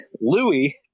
Louis